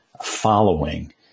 following